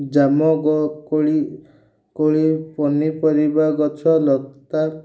ଜାମୁକୋଳି କୋଳି ପନିପରିବା ଗଛ ଲତା